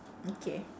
okay